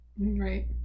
Right